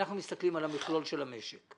אנחנו מסתכלים על המכלול של המשק.